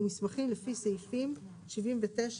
מסמכים לפי סעיפים 79 ו-84.